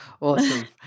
Awesome